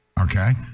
Okay